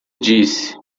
disse